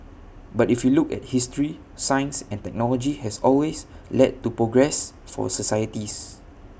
but if you look at history science and technology has always led to progress for societies